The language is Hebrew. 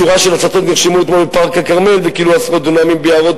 "שורה של הצתות נרשמו אתמול בפארק הכרמל וכילו עשרות דונמים ביערות